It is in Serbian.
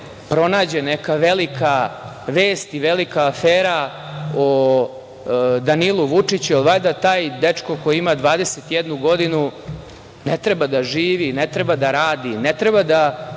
pronađe neka velika vest i velika afera o Danilu Vučiću, jer valjda taj dečko koji ima 21 godinu ne treba da živi, ne treba da radi, ne treba da